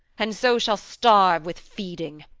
and so shall starve with feeding